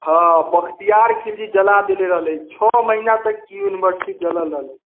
हँ बख्तियार खिलजी जला देले रहलै छओ महीना तक ई यूनिवर्सिटी जलल रहलै